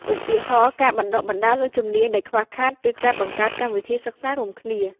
ឧទាហរណ៍ ការបណ្តុះបណ្តាលលើជំនាញដែលខ្វះខាត ឬការបង្កើតកម្មវិធីសិក្សារួមគ្នា។